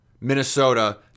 Minnesota